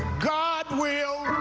god will